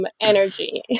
energy